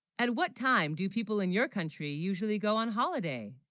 and what time do people in your country usually go on holiday?